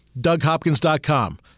DougHopkins.com